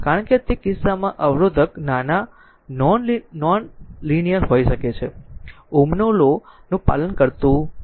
કારણ કે તે કિસ્સામાં અવરોધક નોન લીનીયર હોઈ શકે છે તે r Ω ના લો નું પાલન કરતું નથી